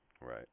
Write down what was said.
Right